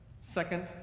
Second